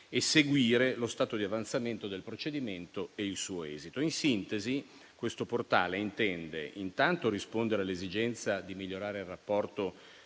e seguire lo stato di avanzamento del procedimento e il suo esito. In sintesi, questo portale intende intanto rispondere all'esigenza di migliorare il rapporto